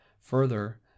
further